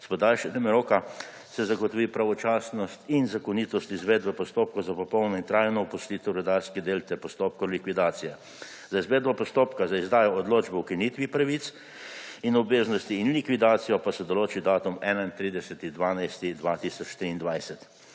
S podaljšanjem roka se zagotovi pravočasnost in zakonitost izvedbe postopkov za popolno in trajno opustitev rudarskih del ter postopkov likvidacije. Za izvedbo postopka za izdajo odločbe o ukinitvi pravic in obveznosti ter likvidacijo pa se določi datum 31. 12. 2023.